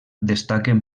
destaquen